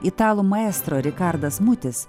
italų maestro rikardas mutis